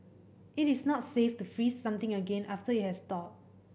it is not safe to freeze something again after it has thawed